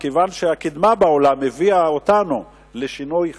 מכיוון שהקידמה בעולם הביאה אותנו לשינוי החקיקה,